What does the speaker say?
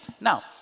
Now